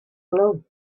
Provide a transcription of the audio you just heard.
loved